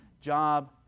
job